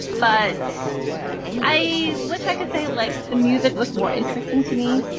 but i wish i could say it like the music with more interesting to me.